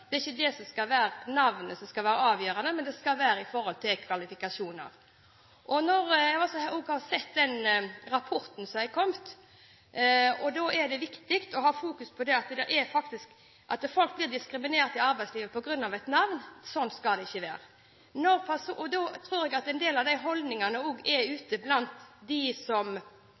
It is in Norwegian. det er ikke navnet som skal være avgjørende, men det er kvalifikasjoner. Jeg har også sett den rapporten som har kommet, og det er viktig å ha fokus på at folk blir diskriminert i arbeidslivet på grunn av et navn. Sånn skal det ikke være. Da tror jeg at en del av holdningene også må være ute i bedriftene og blant dem som har ansvar for å ansette folk, at de ser på kvalifikasjoner. Det er jo det som